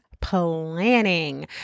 planning